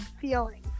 feeling